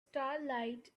starlight